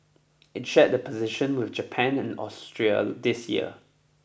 it shared the position with Japan and Austria this year